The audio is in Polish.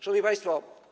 Szanowni Państwo!